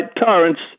tyrants